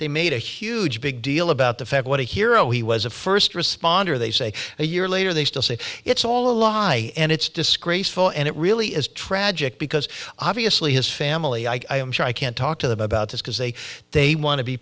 they made a huge big deal about the fact what a hero he was a first responder they say a year later they still say it's all a lie and it's disgraceful and it really is tragic because obviously his family i am sure i can't talk to them about this because they they want to be